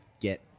get